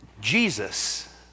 Jesus